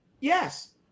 Yes